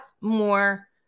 more